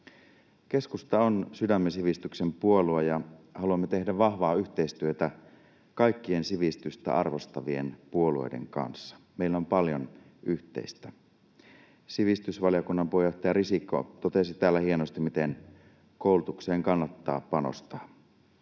Keskusta on sydämensivistyksen puolue, ja haluamme tehdä vahvaa yhteistyötä kaikkien sivistystä arvostavien puolueiden kanssa. Meillä on paljon yhteistä. Sivistysvaliokunnan puheenjohtaja Risikko totesi täällä hienosti, miten koulutukseen kannattaa panostaa.